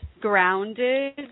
grounded